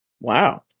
Wow